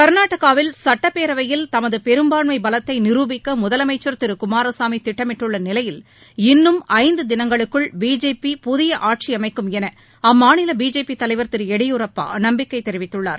கர்நாடகாவில் சட்டப்பேரவையில் தமது பெரும்பான்மை பலத்தை நிரூபிக்க முதலமைச்சர் திரு குமாரசாமி திட்டமிட்டுள்ள நிலையில் இன்னும் ஐந்து தினங்களுக்குள் பிஜேபி புதிய ஆட்சி அமைக்கும் என அம்மாநில பிஜேபி தலைவர் திரு எடியூரப்பா நம்பிக்கை தெரிவித்துள்ளார்